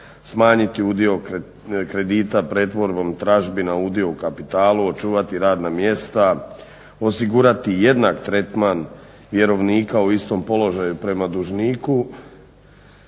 smanjiti udio kredita pretvorbom tražbina udio u kapitalu, očuvati radna mjesta, osigurati jednak tretman vjerovnika u istom položaju prema dužniku,